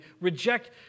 reject